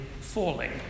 falling